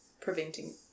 preventing